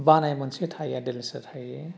बानाय मोनसे थायो आइड'लेन्सआ थायो